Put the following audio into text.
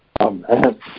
Amen